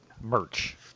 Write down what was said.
merch